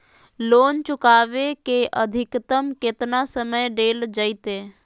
Loan चुकाबे के अधिकतम केतना समय डेल जयते?